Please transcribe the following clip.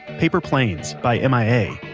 paper planes by m i a.